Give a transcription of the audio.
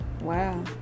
Wow